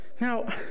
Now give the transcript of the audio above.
Now